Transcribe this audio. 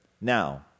Now